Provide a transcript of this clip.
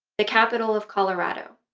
the capital of colorado.